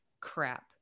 crap